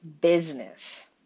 business